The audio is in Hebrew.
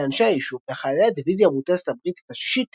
אנשי היישוב לחיילי הדיוויזיה המוטסת הבריטית השישית,